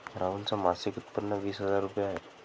राहुल च मासिक उत्पन्न वीस हजार रुपये आहे